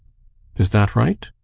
is that right?